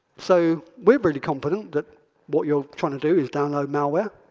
so we're really confident that what you're trying to do is download malware.